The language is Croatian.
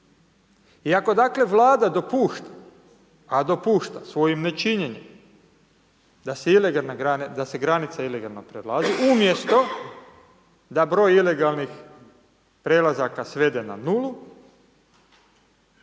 Iako dakle Vlada dopušta a dopušta svojim nečinjenjem da se granice ilegalno prelaze umjesto da broj ilegalnih prelazaka svede na nulu,